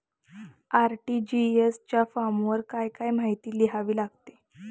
RTGS च्या फॉर्मवर काय काय माहिती लिहावी लागते?